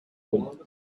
wool